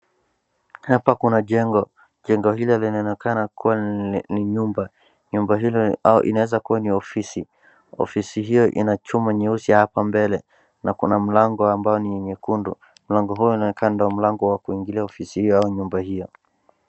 Hapa kuna jengo, jengo hilo linaonekana kuwa ni nyumba. Nyumba hilo inaweza kuwa ni ofisi ofisi hiyo ina chuma hapa mbele na kuna mlango ambao ni nyekundu. Mlango huo unaonekana ndio mlango wa kuingilia ofisi ya nyumba hiyo.